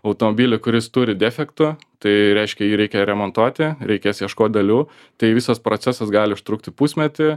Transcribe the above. automobilį kuris turi defektų tai reiškia jį reikia remontuoti reikės ieškot dalių tai visas procesas gali užtrukti pusmetį